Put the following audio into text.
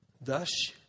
Thus